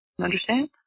Understand